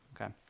Okay